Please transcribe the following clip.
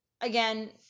again